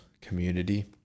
community